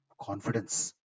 confidence